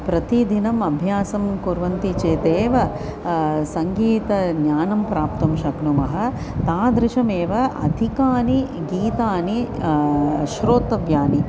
प्रतिदिनमभ्यासं कुर्वन्ति चेतेव सङ्गीतज्ञानं प्राप्तुं शक्नुमः तादृशमेव अधिकानि गीतानि श्रोतव्यानि